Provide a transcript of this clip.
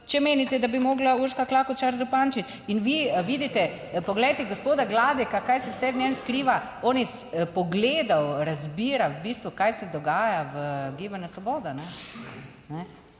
če menite, da bi morala Urška Klakočar Zupančič in vi vidite, poglejte gospoda Gladeka, kaj se vse v njem skriva. On iz pogledov razbira, v bistvu kaj se dogaja v Gibanju svoboda.